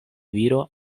viro